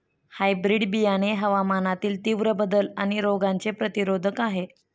hybrid बियाणे हवामानातील तीव्र बदल आणि रोगांचे प्रतिरोधक आहे